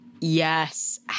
Yes